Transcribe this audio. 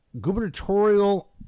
gubernatorial